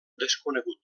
desconegut